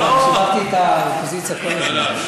עזוב, שיבחתי את האופוזיציה כל הזמן.